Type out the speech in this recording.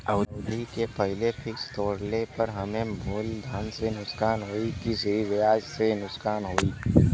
अवधि के पहिले फिक्स तोड़ले पर हम्मे मुलधन से नुकसान होयी की सिर्फ ब्याज से नुकसान होयी?